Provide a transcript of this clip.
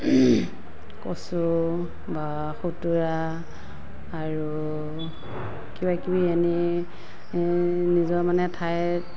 কচু বা খুতুৰা আৰু কিবা কিবি এনেই নিজৰ মানে ঠাইত